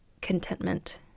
contentment